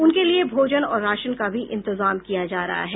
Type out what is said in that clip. उनके लिए भोजन और राशन का भी इंतजाम किया जा रहा है